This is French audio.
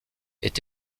est